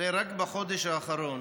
הרי רק בחודש האחרון